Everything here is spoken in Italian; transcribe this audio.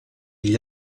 gli